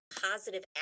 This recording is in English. positive